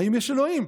האם יש אלוהים?